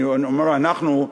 אני אומר אנחנו,